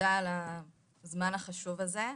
תודה על הזמן החשוב הזה.